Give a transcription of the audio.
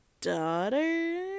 daughter